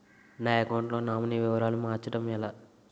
నా అకౌంట్ లో నామినీ వివరాలు మార్చటం ఎలా?